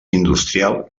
industrial